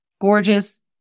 gorgeous